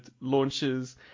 launches